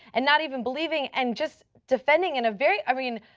and not even believing, and just defending in a very i mean,